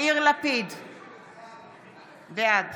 בעד